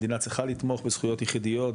מדינה צריכה לתמוך בזכויות יחידיות,